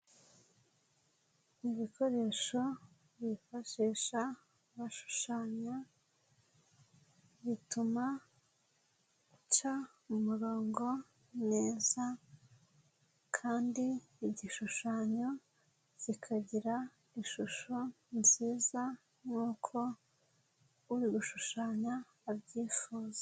Ibikoresho bifashisha bashushanya bituma uca umurongo neza kandi igishushanyo kikagira ishusho nziza nkuko uri gushushanya abyifuza.